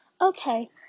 Okay